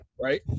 Right